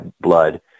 blood